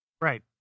Right